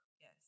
Yes